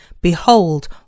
Behold